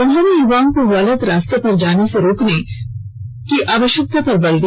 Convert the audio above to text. उन्होंने युवाओं को गलत रास्ते पर जाने से रोकने की आवश्यकता पर भी बल दिया